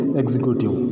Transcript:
executive